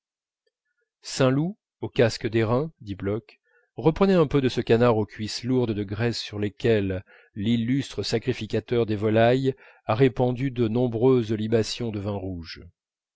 saint loup au casque d'airain dit bloch reprenez un peu de ce canard aux cuisses lourdes de graisse sur lesquelles l'illustre sacrificateur des volailles a répandu de nombreuses libations de vin rouge